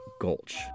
Gulch